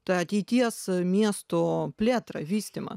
tą ateities miesto plėtrą vystymą